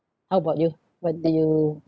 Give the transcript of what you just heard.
how about you what do you